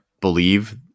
believe